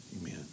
Amen